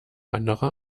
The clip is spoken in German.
anderer